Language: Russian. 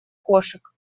кошек